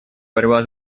борьба